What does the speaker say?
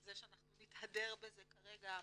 זה שנתהדר בזה כרגע בכנסת,